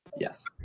yes